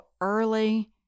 early